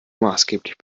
maßgeblich